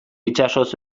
itsasoz